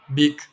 big